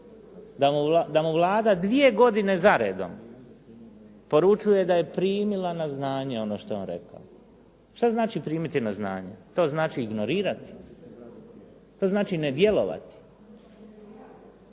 da mu Vlada dvije godine za redom poručuje da je primila na znanje ono što je on rekao. Šta znači primiti na znanje? To znači ignorirati, to znači ne djelovati.